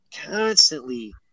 constantly